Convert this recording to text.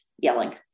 yelling